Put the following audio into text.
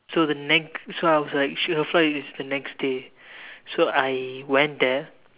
so the next so I was like she her flight was the next day so I went there